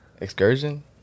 Excursion